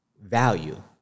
value